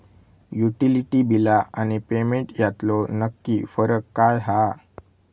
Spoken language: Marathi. युटिलिटी बिला आणि पेमेंट यातलो नक्की फरक काय हा?